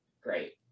great